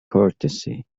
courtesy